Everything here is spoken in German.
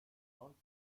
sonst